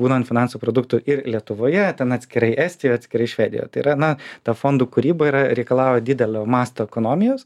būnant finansų produktų ir lietuvoje ten atskirai estijoj atskirai švedijoj tai yra na ta fondų kūryba yra reikalauja didelio masto ekonomijos